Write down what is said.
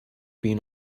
been